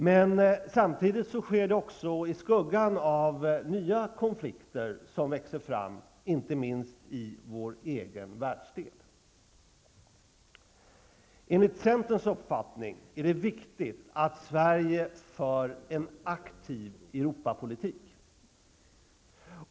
Men samtidigt sker det i skuggan av nya konflikter som växer fram, inte minst i vår egen världsdel. Enligt centerns uppfattning är det viktigt att Sverige för en aktiv Europapolitik.